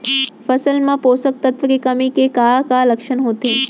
फसल मा पोसक तत्व के कमी के का लक्षण होथे?